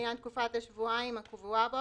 לעניין תקופת השבועיים הקבועה בו.